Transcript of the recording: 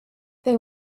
they